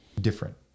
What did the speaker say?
different